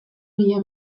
mila